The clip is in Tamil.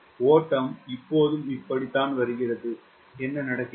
ஓட்டம் இப்போதும் இப்படித்தான் வருகிறது என்ன நடக்கிறது